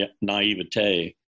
naivete